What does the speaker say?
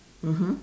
mmhmm